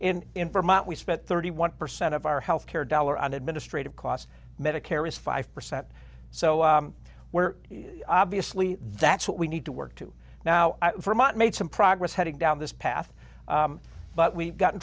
and in vermont we spent thirty one percent of our health care dollar on administrative costs medicare is five percent so we're obviously that's what we need to work to now for might make some progress heading down this path but we got in